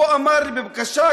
הוא אמר לי: בבקשה,